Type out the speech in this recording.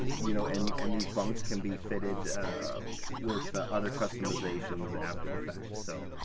you know and and these bunks can be fitted with ah other customizations after the fact, so